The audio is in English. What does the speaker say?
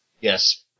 Yes